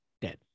dead